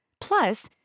Plus